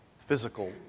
physical